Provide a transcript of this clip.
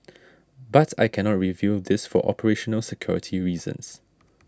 but I cannot reveal this for operational security reasons